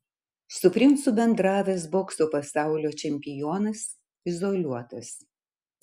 su princu bendravęs bokso pasaulio čempionas izoliuotas